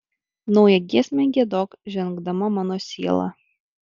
naują giesmę giedok žengdama mano siela